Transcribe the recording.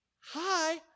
Hi